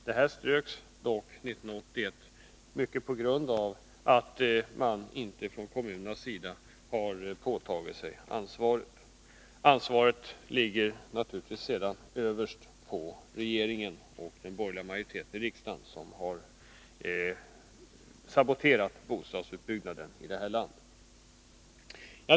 Detta ströks dock 1981, mycket på grund av att kommunerna inte har påtagit sig ansvaret. Ansvaret ligger naturligtvis sedan ytterst på regeringen och den borgerliga majoriteten i riksdagen, som har saboterat bostadsutbyggnaden i det här landet.